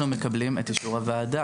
מתי אנחנו מקבלים את אישור הוועדה?